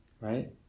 right